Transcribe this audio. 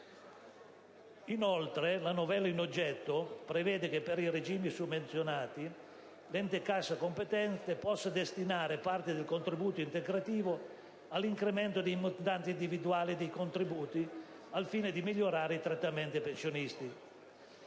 Inoltre, la novella in oggetto prevede che, per i regimi summenzionati, l'ente cassa competente possa destinare parte del contributo integrativo all'incremento dei montanti individuali dei contributi al fine di migliorare i trattamenti pensionistici.